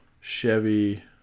Chevy